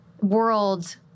world